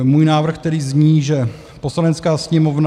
Můj návrh tedy zní, že Poslanecká sněmovna